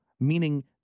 Meaning